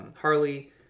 Harley